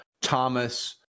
Thomas